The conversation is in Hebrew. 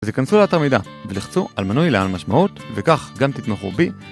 אז היכנסו לאתר מידה ולחצו על מנוי לעל המשמעות וכך גם תתמכו בי